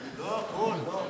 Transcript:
לא הכול, לא הכול.